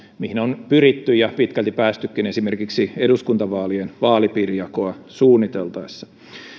mihin on pyritty ja pitkälti päästykin esimerkiksi eduskuntavaalien vaalipiirijakoa suunniteltaessa